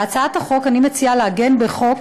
בהצעת החוק אני מציעה לעגן בחוק